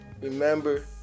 Remember